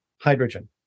hydrogen